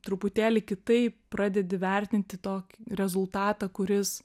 truputėlį kitaip pradedi vertinti tokį rezultatą kuris